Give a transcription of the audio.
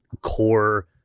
core